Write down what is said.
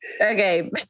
Okay